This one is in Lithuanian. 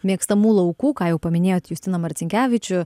mėgstamų laukų ką jau paminėjot justiną marcinkevičių